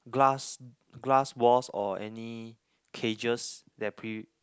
glass glass walls or any cages that pre~